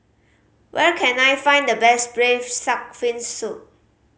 where can I find the best Braised Shark Fin Soup